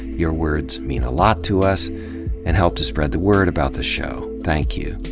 your words mean a lot to us and help to spread the word about the show. thank you.